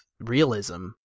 realism